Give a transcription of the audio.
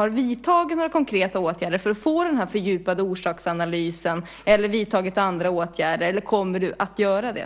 har vidtagit några konkreta åtgärder för att få den här fördjupade orsaksanalysen eller några andra åtgärder? Eller kommer du att göra det?